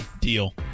deal